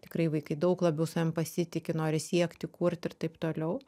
tikrai vaikai daug labiau savim pasitiki nori siekti kurti ir taip toliau